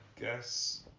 guess